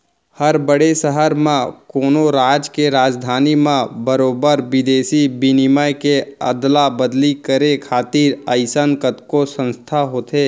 हर बड़े सहर म, कोनो राज के राजधानी म बरोबर बिदेसी बिनिमय के अदला बदली करे खातिर अइसन कतको संस्था होथे